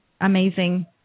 amazing